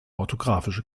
orthografische